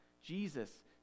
Jesus